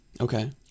Okay